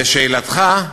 לשאלתך,